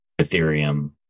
Ethereum